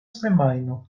semajno